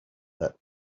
that